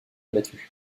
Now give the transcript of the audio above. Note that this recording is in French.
abattus